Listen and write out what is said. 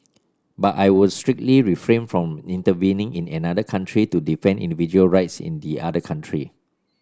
but I would strictly refrain from intervening in another country to defend individual rights in the other country